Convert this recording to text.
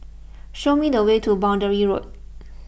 show me the way to Boundary Road